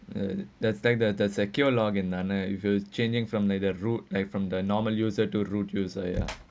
the the attack the the secure one another if you changing something from like the root like from the normal user to root user ya